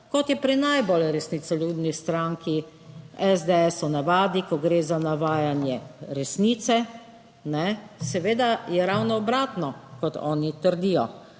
kot je pri najbolj resnicoljubni stranki SDS v navadi, ko gre za navajanje resnice, seveda je ravno obratno, kot oni trdijo.